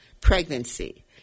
pregnancy